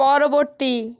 পরবর্তী